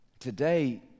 Today